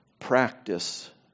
practice